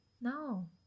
no